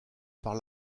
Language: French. par